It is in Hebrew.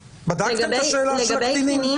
בדקתם את השאלה של הקטינים?